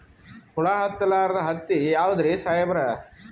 ಹುಳ ಹತ್ತಲಾರ್ದ ಹತ್ತಿ ಯಾವುದ್ರಿ ಸಾಹೇಬರ?